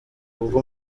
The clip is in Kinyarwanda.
ubwo